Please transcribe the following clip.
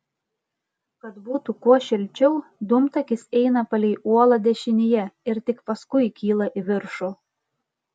kad būtų kuo šilčiau dūmtakis eina palei uolą dešinėje ir tik paskui kyla į viršų